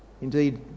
Indeed